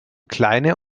kleine